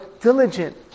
diligent